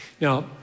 Now